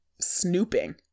snooping